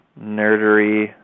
nerdery